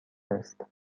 است